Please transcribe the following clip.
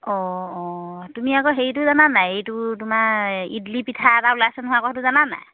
অঁ অঁ তুমি আকৌ হেৰিটো জানা নাই এইটো তোমাৰ ইডলি পিঠা এটা ওলাইছে নহয় আকৌ সেইটো জানা নাই